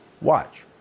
Watch